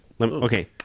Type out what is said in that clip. Okay